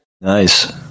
Nice